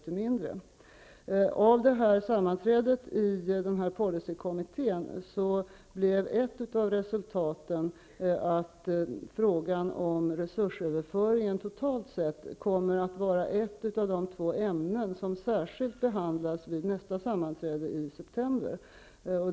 Ett av resultaten av sammanträdet i policykommittén blev att frågan om resursöverföringen totalt sett kommer att vara ett av de två ämnen som särskilt behandlas vid nästa sammanträde i september.